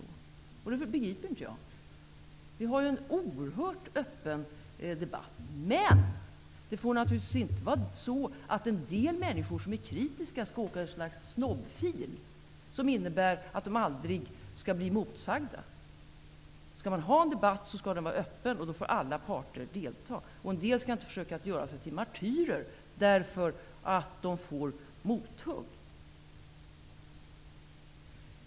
Det begriper inte jag. Vi har en oerhört öppen debatt. Men det får naturligtvis inte vara så att en del människor som är kritiska skall åka i ett slags ''snobbfil'', som innebär att de aldrig blir motsagda. Skall man ha en debatt skall den vara öppen, och då får alla parter delta. En del skall inte försöka göra sig till martyrer på grund av att de får mothugg.